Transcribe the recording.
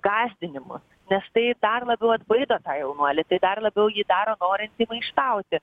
gąsdinimus nes tai dar labiau atbaido tą jaunuolį tai dar labiau jį daro norintį maištauti